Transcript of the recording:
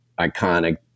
iconic